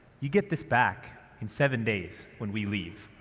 you get this back in seven days when we leave.